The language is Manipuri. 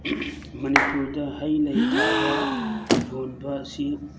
ꯃꯅꯤꯄꯨꯔꯗ ꯍꯩ ꯂꯩ ꯊꯥꯕ ꯌꯣꯟꯕ ꯑꯁꯤ